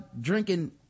drinking